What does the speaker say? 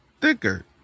thicker